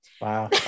Wow